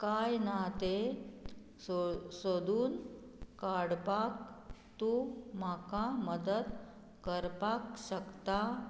काय ना तें सो सोदून काडपाक तूं म्हाका मदत करपाक शकता